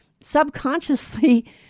subconsciously